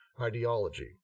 ideology